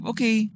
Okay